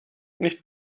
nicht